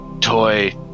toy